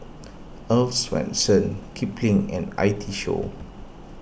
Earl's Swensens Kipling and I T Show